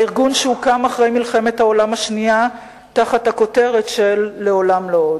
הארגון שהוקם אחרי מלחמת העולם השנייה תחת הכותרת של "לעולם לא עוד".